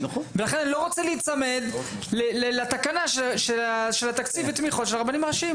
לכן אני לא רוצה להיצמד לתקנה של תקציב תמיכות של הרבנים הראשיים.